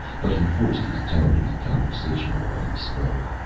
but he forced his tone to be conversational when he spoke.